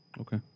Okay